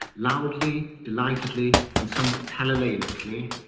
loudly, delightedly, and somewhat palilalically,